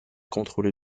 contrôlée